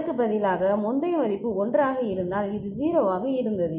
அதற்கு பதிலாக முந்தைய மதிப்பு 1 ஆக இருந்தால் இது 0 ஆக இருந்தது